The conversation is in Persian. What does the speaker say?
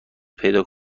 پیدا